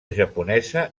japonesa